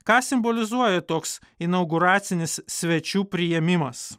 ką simbolizuoja toks inauguracinis svečių priėmimas